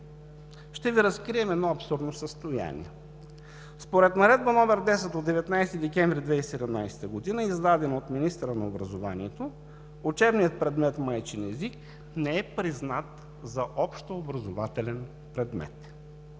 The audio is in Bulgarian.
ще Ви разкрием едно абсурдно състояние. Според Наредба № 10 от 19 декември 2017 г., издадена от министъра на образованието, учебният предмет „Майчин език“ не е признат за общообразователен предмет.